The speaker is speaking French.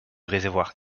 réservoir